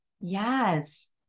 Yes